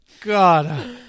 god